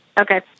Okay